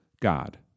God